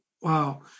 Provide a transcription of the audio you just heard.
wow